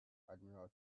admiral